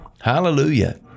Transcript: Hallelujah